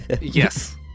Yes